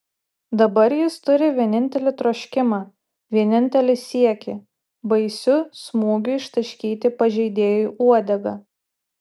dabar jis turi vienintelį troškimą vienintelį siekį baisiu smūgiu ištaškyti pažeidėjui uodegą